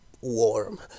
warm